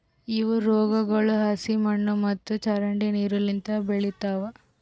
ಇವು ರೋಗಗೊಳ್ ಹಸಿ ಮಣ್ಣು ಮತ್ತ ಚರಂಡಿ ನೀರು ಲಿಂತ್ ಬೆಳಿತಾವ್